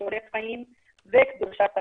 כישורי חיים וקדושת החיים.